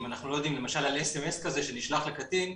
אם אנחנו לא יודעים למשל עלSMS כזה שנשלח לקטין,